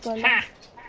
fact